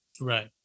Right